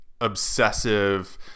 obsessive